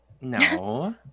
No